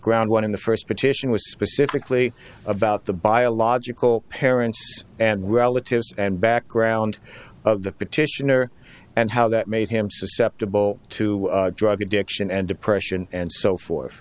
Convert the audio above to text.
ground one in the first petition was specifically about the biological parents and relatives and background of the petitioner and how that made him susceptible to drug addiction and depression and so